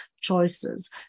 choices